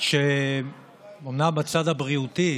שאומנם בצד הבריאותי